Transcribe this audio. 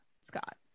scott